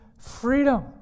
freedom